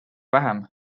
vähem